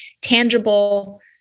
tangible